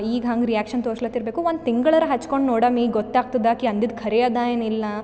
ಈಗ ಹಂಗೆ ರಿಯಾಕ್ಷನ್ ತೋರ್ಸ್ಲತ್ತು ಇರಬೇಕು ಒಂದು ತಿಂಗಳಾರ ಹಚ್ಕೊಂಡು ನೋಡಮ್ಮಿ ಗೊತ್ತಾಗ್ತದೆ ಆಕೆ ಅಂದಿದ್ದು ಖರೆ ಅದಾ ಏನು ಇಲ್ಲ